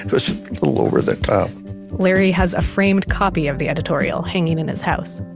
was a little over the top larry has a framed copy of the editorial hanging in his house,